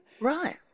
Right